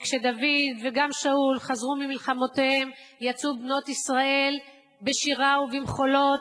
וכשדוד וגם שאול חזרו ממלחמותיהם יצאו בנות ישראל בשירה ובמחולות,